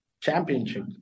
championship